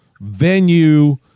venue